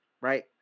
right